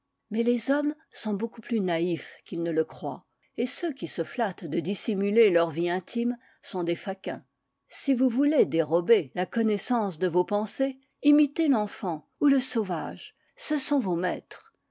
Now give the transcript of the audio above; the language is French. mais les hommes sont beaucoup plus naïfs qu'ils ne le croient et ceux qui se flattent de dissimuler leur vie intime sont des faquins si vous voulez dérober la connaissance de vos pensées imitez l'enfant ou le sauvage ce sont vos maîtres